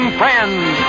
friends